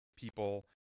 people